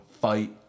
fight